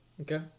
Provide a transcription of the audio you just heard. Okay